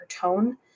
tone